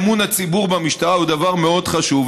אמון הציבור במשטרה הוא דבר מאוד חשוב,